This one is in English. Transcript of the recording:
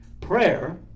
Prayer